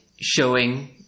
showing